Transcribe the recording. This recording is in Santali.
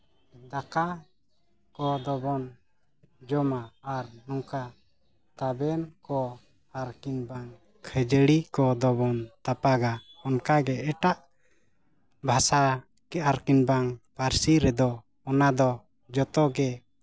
ᱫᱟᱠᱟ ᱠᱚ ᱫᱚᱵᱚᱱ ᱟᱨ ᱱᱚᱝᱠᱟ ᱛᱟᱵᱮᱱ ᱠᱚ ᱟᱨ ᱠᱤᱝᱵᱟ ᱠᱷᱟᱹᱡᱟᱹᱲᱤ ᱠᱚ ᱫᱚᱵᱚᱱ ᱛᱟᱯᱟᱜᱟ ᱚᱱᱠᱟᱜᱮ ᱮᱴᱟᱜ ᱵᱷᱟᱥᱟ ᱟᱨ ᱠᱤᱝᱵᱟ ᱯᱟᱹᱨᱥᱤ ᱨᱮᱫᱚ ᱚᱱᱟ ᱫᱚ ᱡᱚᱛᱚᱜᱮ